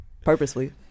Purposely